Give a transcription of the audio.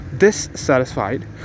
dissatisfied